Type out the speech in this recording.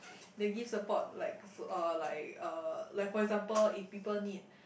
they give support like so uh like uh like for example if people need